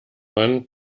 man